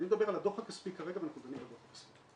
אני מדבר על הדוח הכספי כרגע ואנחנו דנים בדוח הכספי.